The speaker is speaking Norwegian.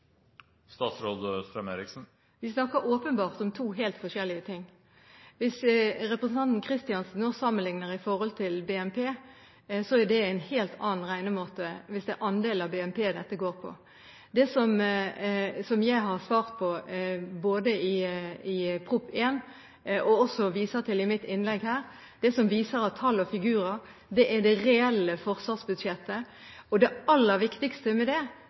snakker åpenbart om to helt forskjellige ting. Hvis representanten Kristiansen sammenligner med BNP, er det en helt annen regnemåte – hvis det er andel av BNP dette går på. Det jeg har svart på i Prop. 1 S for 2012–2013 – og som jeg viste til i mitt innlegg her – viser at tall og figurer er det reelle forsvarsbudsjettet, og det aller viktigste med det